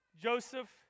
Joseph